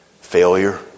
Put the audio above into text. Failure